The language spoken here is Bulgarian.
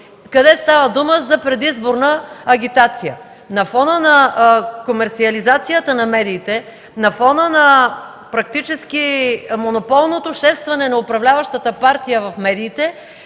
къде става дума за предизборна агитация. На фона на комерсиализацията на медиите, на фона на монополното шестване на управляващата партия в медиите